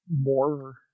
more